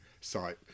site